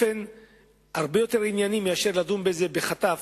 באופן הרבה יותר ענייני מאשר לדון בזה בחטף,